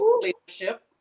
leadership